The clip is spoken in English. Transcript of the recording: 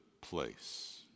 place